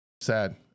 sad